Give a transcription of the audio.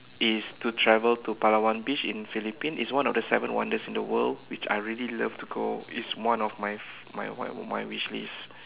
is to travel to Palawan beach in Philippines it's one of the seven wonders in the world which I really love to go it's one of my my my wishlist